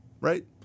right